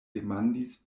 demandis